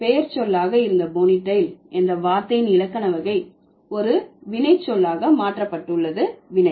அதனால் பெயர்ச்சொல்லாக இருந்த போனிடெயில் என்ற வார்த்தையின் இலக்கண வகை ஒரு வினைச்சொல்லாக மாற்றப்பட்டுள்ளது வினை